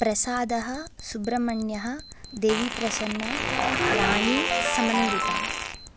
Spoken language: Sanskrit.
प्रसादः सुब्रह्मण्यः देवीप्रसन्ना राणी समन्विता